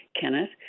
Kenneth